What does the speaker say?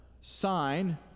sign